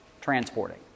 transporting